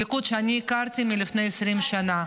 הליכוד שאני הכרתי לפני 20 שנה.